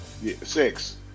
Six